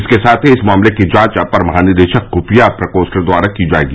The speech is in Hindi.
इसके साथ ही इस मामले की जांच अपर महानिदेशक खुफिया प्रकोष्ठ द्वारा की जायेगी